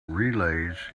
relays